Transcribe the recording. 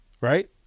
right